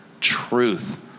truth